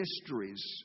histories